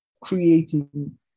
creating